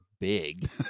big